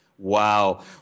Wow